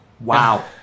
Wow